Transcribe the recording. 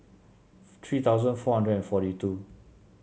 three thousand four hundred and forty two